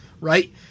right